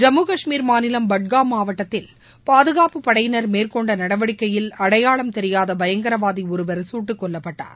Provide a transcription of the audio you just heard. ஜம்மு கஷ்மீர் மாநிலம் பட்காம் மாவட்டத்தில் பாதுகாப்புப் படையினர் மேற்கொண்ட நடவடிக்கையில் அடையாளம் தெரியாத பயங்கரவாதி ஒருவர் சுட்டுக் கொல்லப்பட்டார்